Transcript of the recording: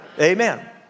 Amen